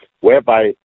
whereby